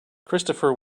christopher